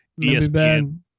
ESPN